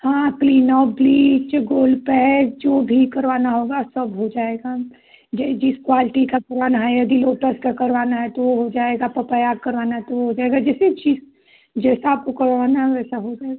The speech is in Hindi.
हाँ क्लीनअप ब्लीच गोल्ड पैक जो भी करवाना होगा सब हो जाएगा जे जिस क्वालटी का कराना है यदि लोटस का करवाना है तो वो हो जाएगा पपाया का करवाना है तो वो हो जाएगा जैसे जिस जैसा आपको करवाना है वैसा हो जाएगा